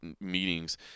meetings